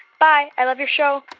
bye. i love your show